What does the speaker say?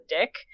dick